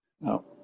No